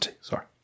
Sorry